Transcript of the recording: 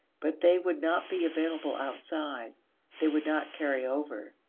but they would not be available outside they would not carry over.